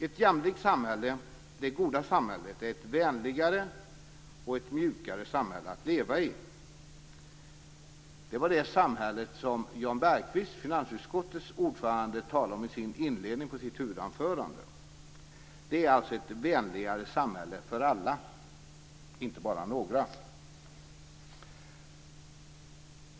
Ett jämlikt samhälle, det goda samhället, är ett vänligare och ett mjukare samhälle att leva i. Det var det samhället som Jan Bergqvist, finansutskottets ordförande, talade om i inledningen av sitt huvudanförande. Det är alltså ett vänligare samhälle för alla, inte bara för några.